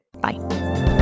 Bye